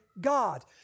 God